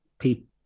people